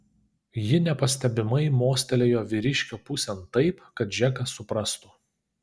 ji nepastebimai mostelėjo vyriškio pusėn taip kad džekas suprastų